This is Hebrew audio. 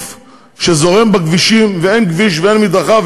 שזורם בכבישים ואין כביש ואין מדרכה,